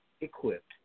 equipped